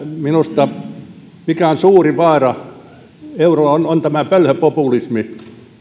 minusta suuri vaara eurolle on tämä pölhöpopulismi